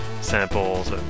samples